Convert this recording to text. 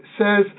says